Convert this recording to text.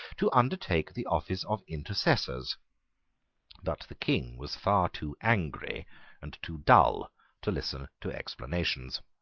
to undertake the office of intercessors but the king was far too angry and too dull to listen to explanations.